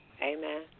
Amen